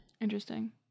Interesting